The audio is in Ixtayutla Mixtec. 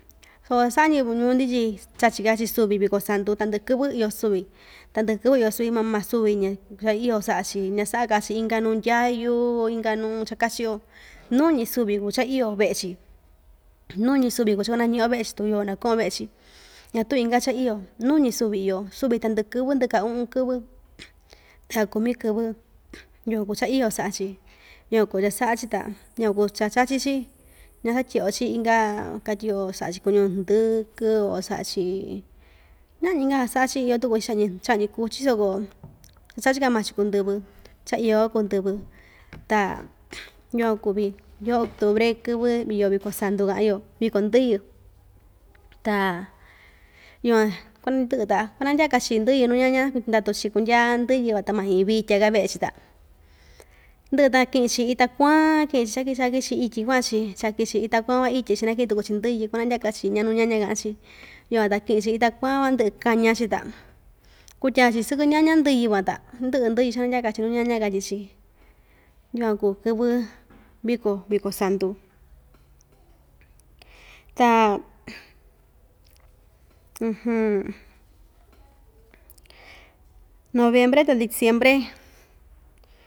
Soo cha saꞌa ñiyɨvɨ nuu‑ndi tyi chachika‑chi suvi viko santu tandɨꞌɨ kɨvɨ iyo suvi tandɨꞌɨ kɨvɨ iyo suvi maa maa suvi ñasaꞌaka‑chi inka nuu ndyayu inka nuu cha kachi‑yo nuu‑ñi suvi kuu cha iyo veꞌe‑chi nuu‑ñi suvi kuu cha kuanañiꞌyo veꞌe‑chi tu yoo na kuꞌun‑yo veꞌe‑chi ñatuu inka cha iyo nuu‑ñi suvi iyo suvi tandɨꞌɨ kɨvɨ ndɨkaa uꞌun kɨvɨ ndɨka kumi kɨvɨ yukuan kuu cha iyo saꞌa‑chi yukuan kuu cha saꞌa‑chi ta yukuan kuu cha chachi‑chi ñasatyiꞌyo‑chi inka katyi‑yo saꞌa‑chi kuñu ndɨkɨ o saꞌa‑chi ñaꞌñi‑ka cha saꞌa‑chi iyo tuku‑chi chaꞌñi kuchi soko cha chachi‑ka maa‑chi kuu ndɨvɨ cha iyo‑ka kuu ndɨvɨ ta yukuan kuvi yoo octubre kɨvɨ iyo viko santu kaꞌa‑yo viko ndɨyɨ ta yukuan kuandɨꞌɨ ta kuanandyaka‑chi ndɨyɨ nuu ñaña ndatu‑chi kundyaa ndɨyɨ‑van ta ma iin vitya‑ka veꞌe‑chi ta ndɨꞌɨ ta nakiꞌi‑chi ita kuan kiꞌin‑chi ityi kuaꞌa‑chi chakin‑chi ita kuan van ityi chanakiꞌin tuku‑chi ndɨyɨ kuanandyaka‑chi ndya nuu ñaña kaꞌan‑chi yukuan ta kɨꞌɨn‑chi ita kuan va ndɨꞌɨ kaña‑chi ta kutyaa‑chi sɨkɨ ñaña ndɨyɨ van ta ndɨꞌɨ ndɨyɨ chanandyaka‑chi nuu ñaña katyi‑chi yukuan kuu kɨvɨ viko viko santu ta noviempre ta diciembre.